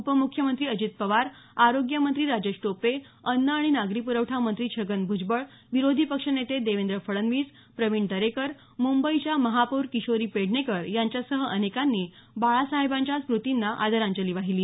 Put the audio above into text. उपमुख्यमंत्री अजित पवार आरोग्य मंत्री राजेश टोपे अन्न आणि नागरी पुरवठा मंत्री छगन भूजबळ विरोधी पक्ष नेते देवेंद्र फडणवीस प्रवीण दरेकर मुंबईच्या महापौर किशोरी पेडणेकर यांच्यासह अनेकांनी बाळासाहेबांच्या स्मूतींना आदरांजली वाहिली